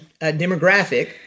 demographic